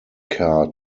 car